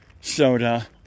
Soda